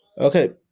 Okay